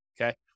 Okay